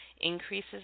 increases